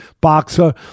boxer